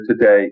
today